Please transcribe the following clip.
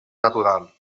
natural